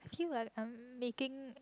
okay what I'm making